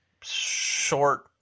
short